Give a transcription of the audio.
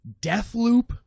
Deathloop